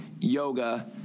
yoga